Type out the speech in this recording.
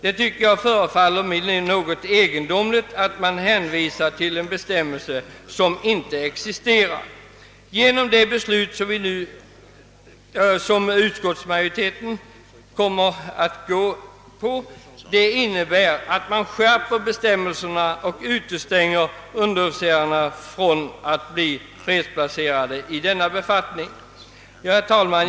Det förefaller mig något egendomligt att man hänvisar till en bestämmelse som inte existerar. Det beslut som utskottsmajoriteten förordar innebär att bestämmelserna skärps och underofficerarna utestängs från fredsplacering i denna befattning. Herr talman!